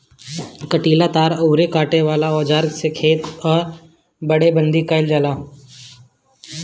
कंटीला तार अउरी काटे वाला औज़ार से खेत कअ बाड़ेबंदी कइल जाला